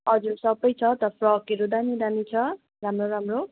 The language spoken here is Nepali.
हजुर सबै छ त फ्रकहरू दामी दामी छ राम्रो राम्रो